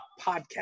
Podcast